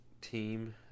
team